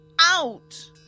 Out